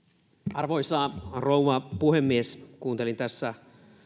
arvoisa rouva puhemies kuuntelin tässä